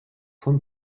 von